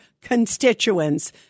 constituents